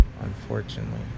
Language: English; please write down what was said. Unfortunately